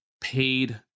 paid